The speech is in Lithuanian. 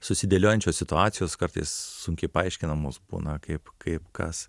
susidėliojančios situacijos kartais sunkiai paaiškinamos būna kaip kaip kas